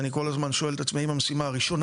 ואני כל הזמן שואל את עצמי האם המשימה הראשונה